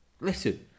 Listen